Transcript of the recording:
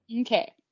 Okay